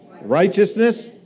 righteousness